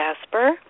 jasper